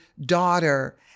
daughter